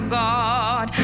god